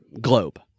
globe